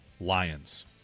Lions